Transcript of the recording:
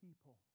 people